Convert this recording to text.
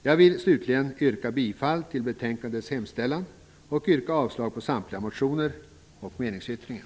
Jag yrkar slutligen bifall till utskottets hemställan och avslag på samtliga reservationer och meningsyttringar.